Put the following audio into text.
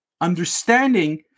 understanding